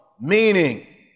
meaning